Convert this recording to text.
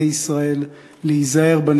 רזיאל זגר בן